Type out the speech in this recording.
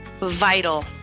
vital